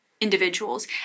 individuals